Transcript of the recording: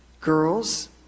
girls